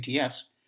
ATS